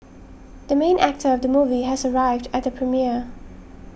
the main actor of the movie has arrived at the premiere